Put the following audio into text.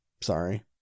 Sorry